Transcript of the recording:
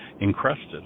encrusted